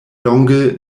longe